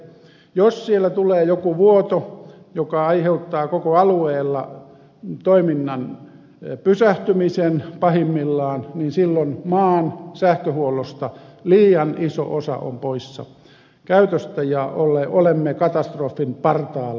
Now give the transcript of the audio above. jos siellä tulee joku vuoto joka aiheuttaa pahimmillaan koko alueella toiminnan pysähtymisen niin silloin maan sähköhuollosta liian iso osa on poissa käytöstä ja olemme katastrofin partaalla